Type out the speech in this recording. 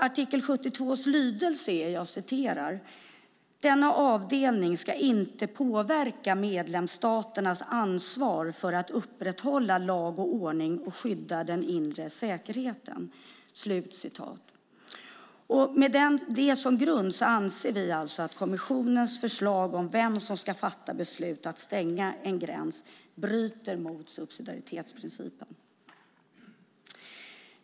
Artikel 72 lyder: "Denna avdelning skall inte påverka medlemsstaternas ansvar för att upprätthålla lag och ordning och skydda den inre säkerheten." Med det som grund anser vi att kommissionens förslag om vem som ska fatta beslut om att stänga en gräns bryter mot subsidiaritetsprincipen.